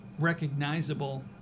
recognizable